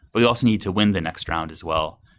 but we also need to win the next round as well.